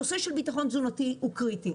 הנושא של ביטחון תזונתי הוא קריטי.